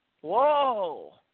Whoa